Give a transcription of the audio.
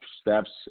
steps